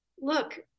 look